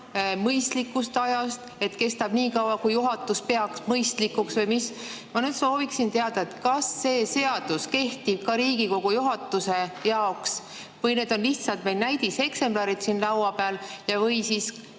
mõistlikust ajast, et kestab nii kaua, kui juhatus peab mõistlikuks. Ma sooviksin teada, kas see seadus kehtib ka Riigikogu juhatuse jaoks, on need lihtsalt näidiseksemplarid siin laua peal või on